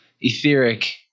etheric